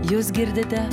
jūs girdite